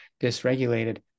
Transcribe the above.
dysregulated